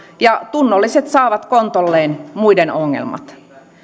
ja tunnolliset saavat kontolleen muiden ongelmat